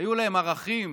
היו להם ערכים,